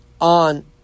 on